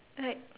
like